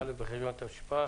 הנושא